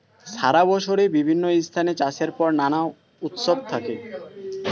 সারা বছরই বিভিন্ন স্থানে চাষের পর নানা উৎসব থাকে